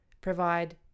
Provide